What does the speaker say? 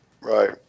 Right